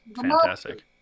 fantastic